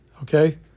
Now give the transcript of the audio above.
okay